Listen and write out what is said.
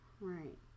Right